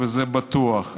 וזה בטוח.